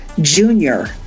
Junior